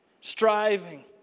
Striving